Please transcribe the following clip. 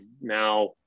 now